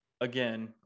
again